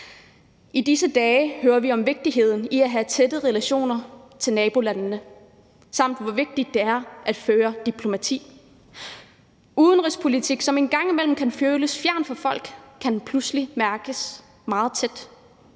I disse dage hører vi om vigtigheden i at have tætte relationer til ens nabolande og om, hvor vigtigt det er at føre diplomati. Udenrigspolitik, som en gang imellem kan føles fjern for folk, kan pludselig mærkes meget nært.